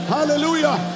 Hallelujah